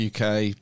UK